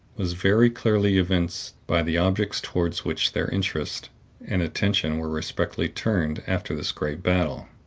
was very clearly evinced by the objects toward which their interest and attention were respectively turned after this great battle.